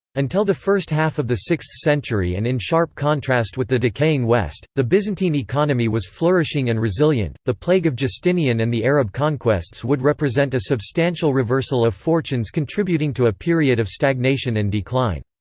until the first half of the sixth century and in sharp contrast with the decaying west, the byzantine economy was flourishing and resilient the plague of justinian and the arab conquests would represent a substantial reversal of fortunes contributing to a period of stagnation and decline.